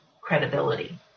credibility